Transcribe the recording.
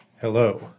Hello